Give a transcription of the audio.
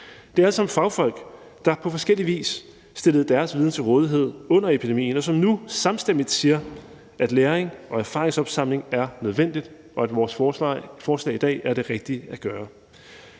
sammen er fagfolk, der på forskellig vis stillede deres viden til rådighed under epidemien, og som nu samstemmigt siger, at læring og erfaringsopsamling er nødvendigt, og at vores forslag i dag er det rigtige at gøre.